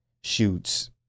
shoots